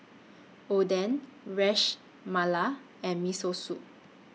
Oden Ras Malai and Miso Soup